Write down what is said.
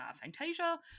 fantasia